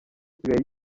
isigaye